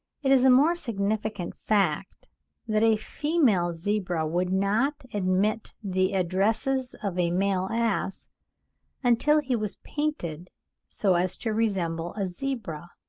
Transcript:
it is a more significant fact that a female zebra would not admit the addresses of a male ass until he was painted so as to resemble a zebra,